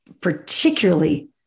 particularly